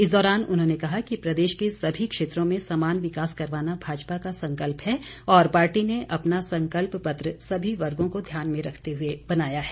इस दौरान उन्होंने कहा कि प्रदेश के सभी क्षेत्रों में समान विकास करवाना भाजपा का संकल्प है और पार्टी ने अपना संकल्प पत्र सभी वर्गों को ध्यान में रखते हुए बनाया है